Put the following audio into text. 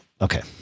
Okay